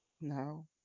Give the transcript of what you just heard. No